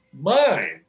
mind